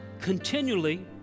continually